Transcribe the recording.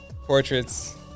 portraits